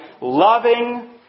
loving